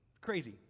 Crazy